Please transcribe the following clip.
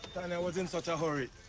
tanya was in such a hurry,